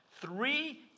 Three